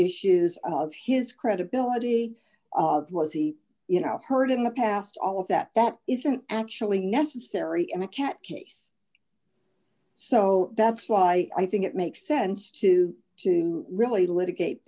issues of his credibility was he you know heard in the past all of that that isn't actually necessary in a cat case so that's why i think it makes sense to to really litigate